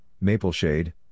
Mapleshade